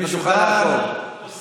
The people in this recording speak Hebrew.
אנחנו רוצים לשמוע,